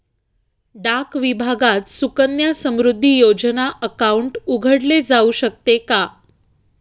डाक विभागात सुकन्या समृद्धी योजना अकाउंट उघडले जाऊ शकते का?